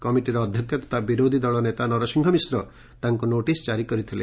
କମିଟିର ଅଧ୍ଘକ୍ଷ ତଥା ବିରୋଧୀ ଦଳ ନେତା ନରସିଂହ ମିଶ୍ର ତାଙ୍କୁ ନୋଟିସ୍ ଜାରି କରିଥିଲେ